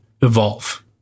evolve